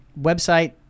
website